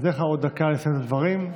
אתן לך עוד דקה לסיים את הדברים וזהו.